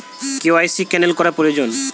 KYC cancel করা প্রয়োজন?